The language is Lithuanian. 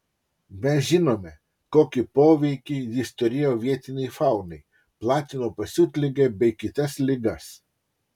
mes žinome kokį poveikį jis turėjo vietinei faunai platino pasiutligę bei kitas ligas